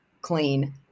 clean